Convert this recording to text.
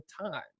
time